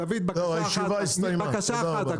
דוד, בקשה אחת.